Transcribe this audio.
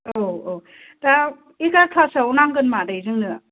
औ औ दा एगार'तासोआव नांगोन मादै जोंनो